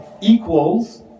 equals